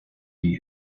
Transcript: die